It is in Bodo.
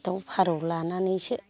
दाउ फारौ लानानैसो